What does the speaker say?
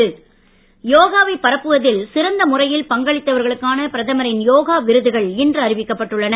பரப்புவதில் யோகாவைப் முறையில் பங்களித்தவர்களுக்கான பிரதமரின் யோகா விருதுகள் இன்று அறிவிக்கப்பட்டு உள்ளன